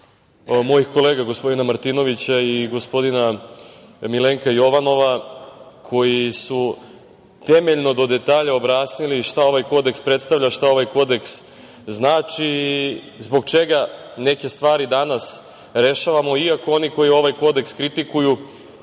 mojih kolega gospodina Martinovića i gospodina Milenka Jovanova, koji su temeljno do detalja objasnili šta ovaj kodeks predstavlja, šta ovaj kodeks znači i zbog čega neke stvari danas rešavamo, iako oni koji ovaj kodeks kritikuju,